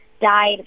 died